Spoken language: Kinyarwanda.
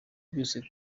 byose